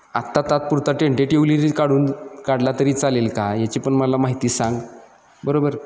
आत्ता तात्पुरता टेंटेटिव्हली काढून काढला तरी चालेल का याची पण मला माहिती सांग बरोबर